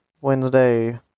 Wednesday